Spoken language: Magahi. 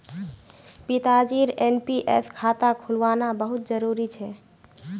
पिताजीर एन.पी.एस खाता खुलवाना बहुत जरूरी छ